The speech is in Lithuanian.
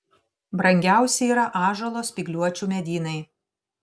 brangiausi yra ąžuolo spygliuočių medynai